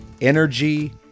energy